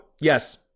yes